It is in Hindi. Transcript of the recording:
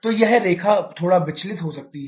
तो यह रेखा थोड़ा विचलित हो सकती है